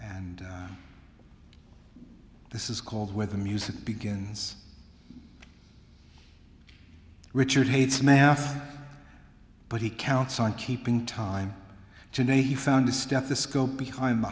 and this is called where the music begins richard hates math but he counts on keeping time today he found a stethoscope behind the